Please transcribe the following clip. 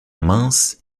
minces